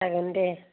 जागोन दे